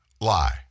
lie